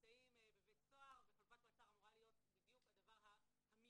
שנמצאים בבית סוהר וחלופת המעצר אמורה להיות בדיוק הדבר המיידי,